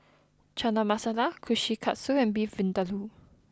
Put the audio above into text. Chana Masala Kushikatsu and Beef Vindaloo